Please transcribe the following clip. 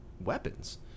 weapons